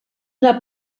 una